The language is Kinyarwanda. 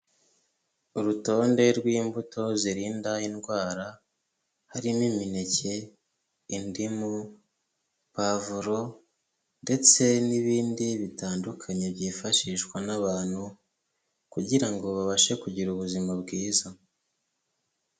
Urutonde rw'imbuto zirinda indwara, harimo: imineke, indimu, pavuro ndetse n'ibindi bitandukanye byifashishwa n'abantu, kugira babashe kugira ubuzima bwiza.